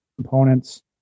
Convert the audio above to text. components